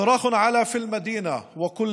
צרחות עלו ברחבי העיר ובפאתיה,